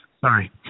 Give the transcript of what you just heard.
Sorry